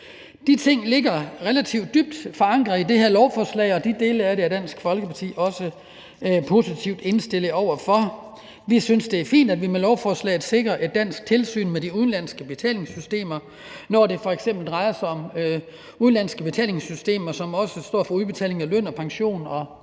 De ting ligger relativt dybt forankret i det her lovforslag, og de dele af det er Dansk Folkeparti også positivt indstillet over for. Vi synes, det er fint, at vi med lovforslaget sikrer et dansk tilsyn med de udenlandske betalingssystemer, når det f.eks. drejer sig om udenlandske betalingssystemer, som også står for udbetaling af løn og pension,